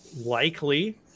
likely